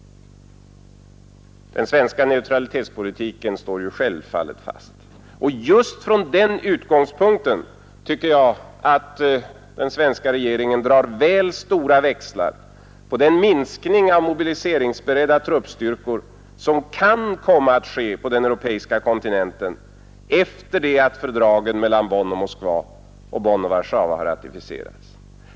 Den svenska neutralitetspolitiken står självfallet fast. Och just från den utgångspunkten tycker jag att den svenska regeringen drar väl stora växlar på den minskning av mobiliseringsberedda truppstyrkor som kan komma att ske på den europeiska kontinenten efter det att fördragen mellan Bonn och Moskva och mellan Bonn och Warszawa har ratificerats.